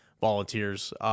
Volunteers